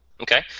Okay